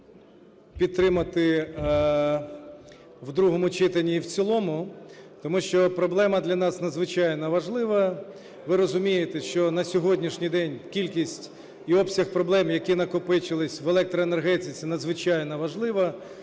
законопроект в другому читанні і в цілому. Тому що проблема для нас надзвичайно важлива. Ви розумієте, що на сьогоднішній день кількість і обсяг проблем, які накопичились в електроенергетиці, надзвичайно важлива.